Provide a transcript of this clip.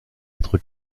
être